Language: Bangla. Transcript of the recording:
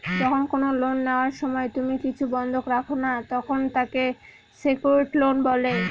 যখন কোনো লোন নেওয়ার সময় তুমি কিছু বন্ধক রাখো না, তখন তাকে সেক্যুরড লোন বলে